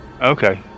Okay